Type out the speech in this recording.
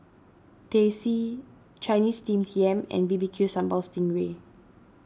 Teh C Chinese Steamed Yam and B B Q Sambal Sting Ray